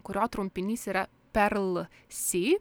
kurio trumpinys yra perl si